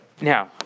Now